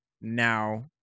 now